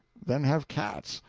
then have cats.